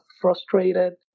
frustrated